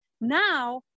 now